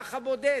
המרכזיים.